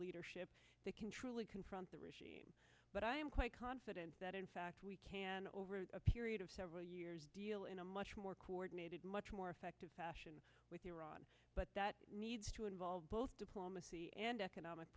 leadership that can truly confront the regime but i am quite confident that in fact we can over a period of several years deal in a much more coordinated much more effective fashion with iran but that needs to involve both diplomacy and economic